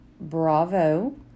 bravo